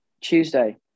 Tuesday